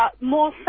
more